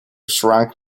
shrunk